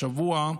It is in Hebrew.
השבוע,